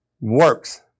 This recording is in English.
works